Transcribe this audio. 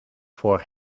voor